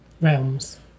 realms